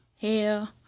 hair